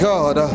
God